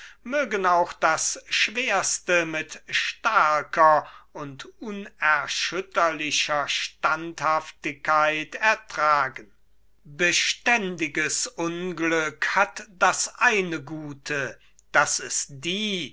mögen auch das schwerste mit starker und unerschütterlicher standhaftigkeit ertragen beständiges unglück hat das eine gute daß es die